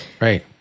Right